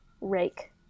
rake